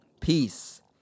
peace